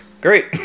Great